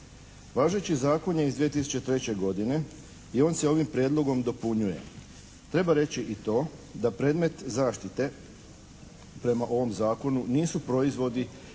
Važeći zakon je iz 2003. godine, i on se ovim prijedlogom dopunjuje. Treba reći i to da predmet zaštite prema ovom zakonu nisu proizvodi